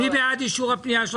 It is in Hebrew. מי בעד אישור הפניות?